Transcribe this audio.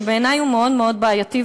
שבעיני הוא מאוד מאוד בעייתי,